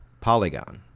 Polygon